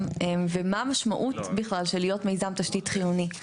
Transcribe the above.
ומה המשמעות בכלל של להיות מיזם תשתית חיוני.